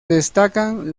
destacan